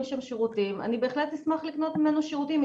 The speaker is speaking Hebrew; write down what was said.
שם שירותים אני בהחלט אשמח לקנות ממנו שירותים.